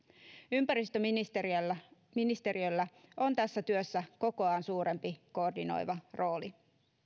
ympäristöministeriöllä on tässä työssä kokoaan suurempi koordinoiva rooli